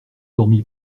dormi